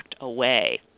away